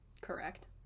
Correct